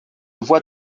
voies